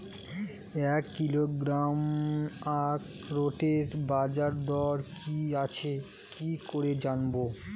এক কিলোগ্রাম আখরোটের বাজারদর কি আছে কি করে জানবো?